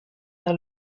par